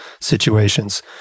situations